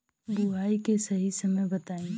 बुआई के सही समय बताई?